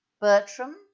Bertram